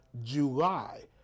July